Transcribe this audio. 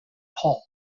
hall